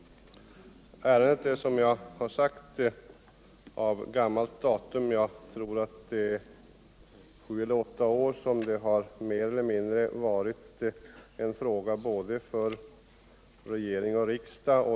Ärendet är, som jag har sagt, av gammalt datum. Jag tror att det i sju eller åtta år varit en fråga för både regering och riksdag.